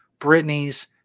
Britney's